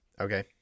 Okay